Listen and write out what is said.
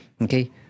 okay